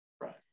Right